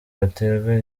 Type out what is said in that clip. baterwa